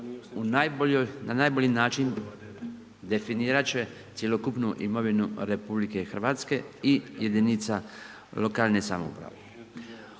na najbolji način definirati će cjelokupnu imovinu RH i jedinica lokalne samouprave.